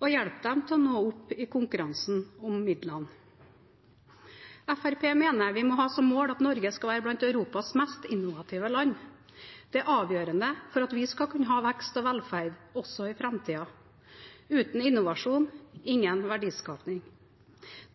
og hjelpe dem til å nå opp i konkurransen om midlene. Fremskrittspartiet mener vi må ha som mål at Norge skal være blant Europas mest innovative land. Det er avgjørende for at vi skal kunne ha vekst og velferd også i framtiden – uten innovasjon, ingen verdiskaping.